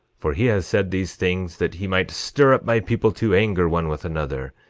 for he has said these things that he might stir up my people to anger one with another,